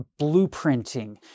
blueprinting